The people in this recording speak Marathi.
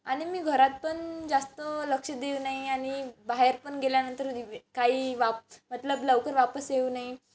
आणि मी घरात पण जास्त लक्ष देऊ नाही आणि बाहेर पण गेल्यानंतर काही वाप मतलब लवकर वापस येऊ नाही